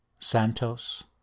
Santos